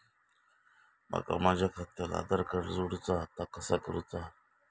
माका माझा खात्याक आधार कार्ड जोडूचा हा ता कसा करुचा हा?